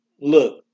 Look